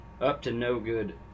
up-to-no-good